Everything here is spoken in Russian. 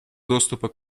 доступа